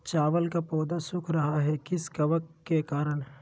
चावल का पौधा सुख रहा है किस कबक के करण?